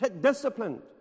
disciplined